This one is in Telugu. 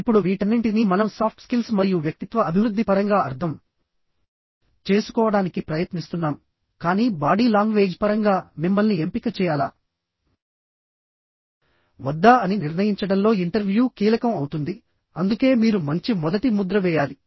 ఇప్పుడు వీటన్నింటినీ మనం సాఫ్ట్ స్కిల్స్ మరియు వ్యక్తిత్వ అభివృద్ధి పరంగా అర్థం చేసుకోవడానికి ప్రయత్నిస్తున్నాం కానీ బాడీ లాంగ్వేజ్ పరంగా మిమ్మల్ని ఎంపిక చేయాలా వద్దా అని నిర్ణయించడంలో ఇంటర్వ్యూ కీలకం అవుతుంది అందుకే మీరు మంచి మొదటి ముద్ర వేయాలి